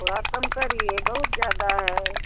थोड़ा कम करिए बहुत ज़्यादा है